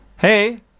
Hey